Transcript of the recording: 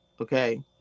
okay